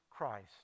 Christ